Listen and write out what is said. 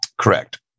Correct